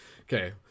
Okay